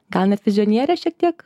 gal net vizionierę šiek tiek